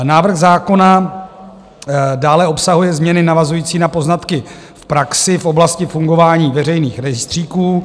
Návrh zákona dále obsahuje změny navazující na poznatky v praxi v oblasti fungování veřejných rejstříků.